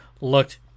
looked